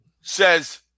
says